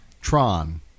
Tron